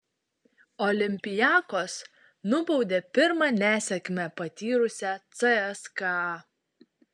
olympiakos nubaudė pirmą nesėkmę patyrusią cska